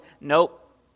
nope